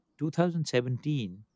2017